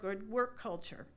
good work culture